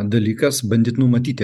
dalykas bandyt numatyti